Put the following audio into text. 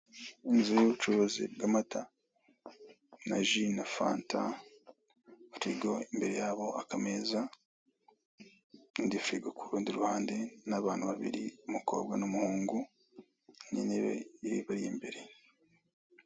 Inzu y'ubucuruzi bw'amata na ji na fanta, firigo imbere yabo akameza, indi firigo kurundi ruhande n'abantu babiri umukobwa n'umuhungu n'inebe niyo ibari imbere.